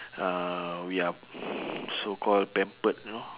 uh we are so call pampered you know